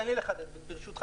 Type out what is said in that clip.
תני לי לחדד, ברשותך.